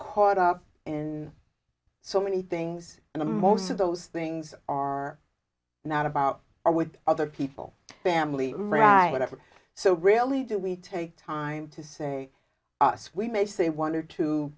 caught up in so many things and the most of those things are not about are with other people family right ever so rarely do we take time to say us we may say one or two